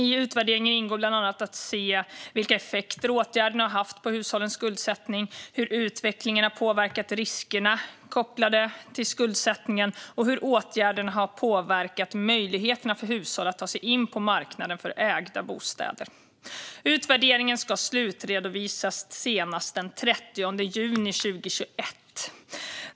I utvärderingen ingår bland annat att se vilka effekter åtgärderna har haft på hushållens skuldsättning, hur utvecklingen har påverkat riskerna kopplade till skuldsättningen och hur åtgärderna har påverkat möjligheterna för hushåll att ta sig in på marknaden för ägda bostäder. Utvärderingen ska slutredovisas senast den 30 juni 2021.